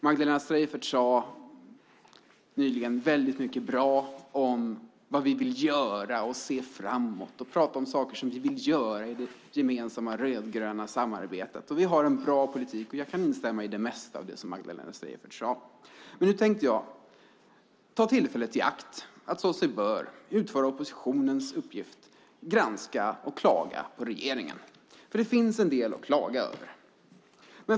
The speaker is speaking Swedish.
Magdalena Streijffert sade mycket bra saker om vad vi i det gemensamma rödgröna samarbetet vill göra framåt i tiden. Vi har en bra politik, och jag kan instämma i det mesta som Magdalena Streijffert sade. Jag tänker dock ta tillfället i akt och utföra oppositionens uppgift att granska och klaga på regeringen, för det finns en del att klaga över.